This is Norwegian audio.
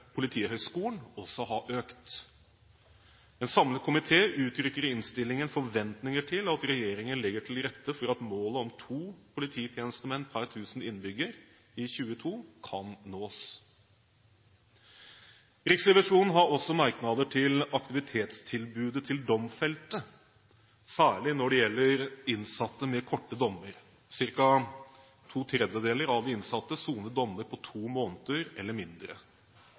Politihøgskolen også har økt. En samlet komité uttrykker i innstillingen forventninger til at regjeringen legger til rette for at målet om to polititjenestemenn per 1 000 innbyggere i 2020 kan nås. Riksrevisjonen har også merknader til aktivitetstilbudet til domfelte, særlig når det gjelder innsatte med korte dommer. Cirka to tredjedeler av de innsatte soner dommer på to måneder eller mindre.